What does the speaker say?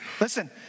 Listen